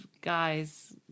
guys